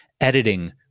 editing